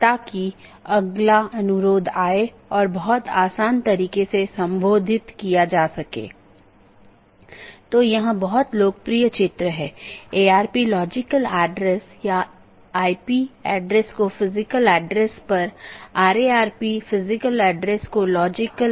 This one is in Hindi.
तो इसके लिए कुछ आंतरिक मार्ग प्रोटोकॉल होना चाहिए जो ऑटॉनमस सिस्टम के भीतर इस बात का ध्यान रखेगा और एक बाहरी प्रोटोकॉल होना चाहिए जो इन चीजों के पार जाता है